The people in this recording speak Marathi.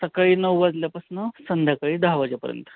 सकाळी नऊ वाजल्यापासुनं संध्याकाळी दहा वाजेपर्यंत